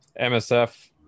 MSF